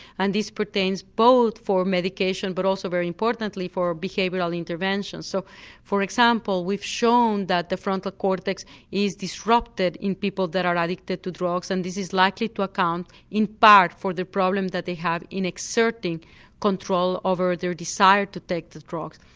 and this pertains both for medication but also very importantly for behavioural interventions. so for example we've shown that the frontal cortex is disrupted in people that are addicted to drugs and this is likely to account in part for the problem they have in exerting control over their desire to take the drugs.